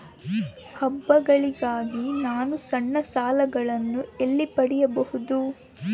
ಹಬ್ಬಗಳಿಗಾಗಿ ನಾನು ಸಣ್ಣ ಸಾಲಗಳನ್ನು ಎಲ್ಲಿ ಪಡಿಬಹುದು?